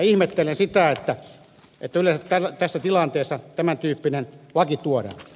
ihmettelen sitä että yleensä tässä tilanteessa tämän tyyppinen laki tuodaan